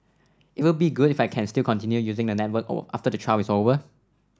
it would be good if I can still continue using the network after the trial is over